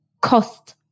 cost